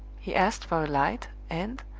he asked for a light, and,